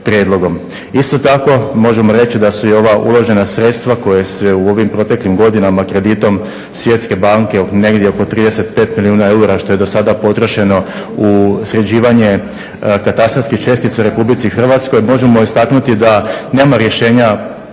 Isto tako, možemo reći da su i ova uložena sredstva koje se u ovim proteklim godinama kreditom Svjetske banke negdje oko 35 milijuna eura što je do sada potrošeno u sređivanje katastarskih čestica u Republici Hrvatskoj možemo istaknuti da nema rješenja